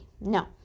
No